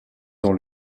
dans